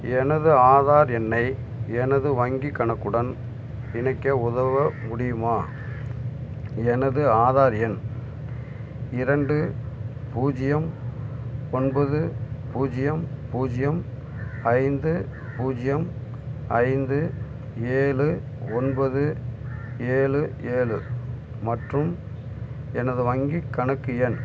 எனது ஆதார் எண்ணை எனது வங்கிக் கணக்குடன் இணைக்க உதவ முடியுமா எனது ஆதார் எண் இரண்டு பூஜ்ஜியம் ஒன்பது பூஜ்ஜியம் பூஜ்ஜியம் ஐந்து பூஜ்ஜியம் ஐந்து ஏழு ஒன்பது ஏழு ஏழு மற்றும் எனது வங்கிக் கணக்கு எண்